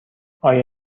آیا